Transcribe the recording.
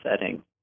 setting